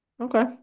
Okay